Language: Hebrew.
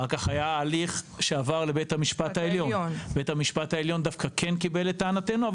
אחר כך היה הליך שעבר לבית המשפט העליון; הוא דווקא כן קיבל את טענתנו,